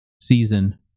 season